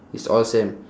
it's all same